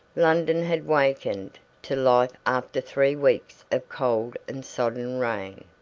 london had wakened to life after three weeks of cold and sodden rain.